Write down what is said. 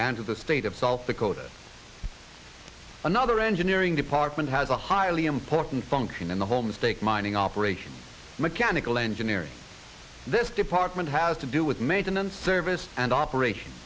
and to the state of south dakota it's another engineering department has a highly important function in the homestake mining operations mechanical engineering this department has to do with maintenance service and operation